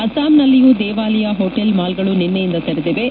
ಅಸ್ತಾಂನಲ್ಲಿಯೂ ದೇವಾಲಯ ಹೋಟೆಲ್ ಮಾಲ್ಗಳು ನಿನ್ನೆಯಿಂದ ತೆರೆದಿವೆ